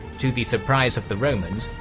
to the surprise of the romans,